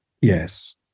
Yes